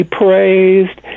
praised